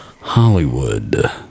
Hollywood